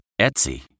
Etsy